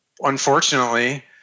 unfortunately